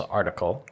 article